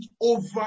over